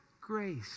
grace